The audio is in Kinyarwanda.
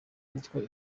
kuko